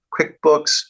quickbooks